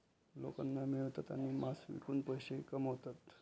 लोक अन्न मिळवतात आणि मांस विकून पैसे कमवतात